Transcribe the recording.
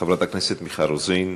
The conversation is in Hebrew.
חברת הכנסת מיכל רוזין,